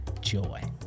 joy